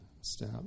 step